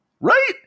right